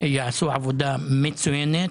יעשו עבודה מצוינת.